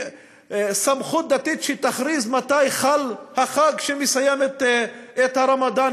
סמכות דתית שתכריז מתי חל החג שמסיים את הרמדאן,